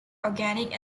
organic